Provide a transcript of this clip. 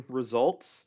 results